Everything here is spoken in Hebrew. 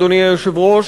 אדוני היושב-ראש,